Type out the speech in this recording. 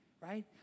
right